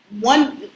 one